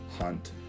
hunt